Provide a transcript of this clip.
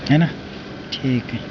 आहे ना ठीक आहे